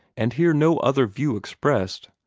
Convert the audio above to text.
and hear no other view expressed.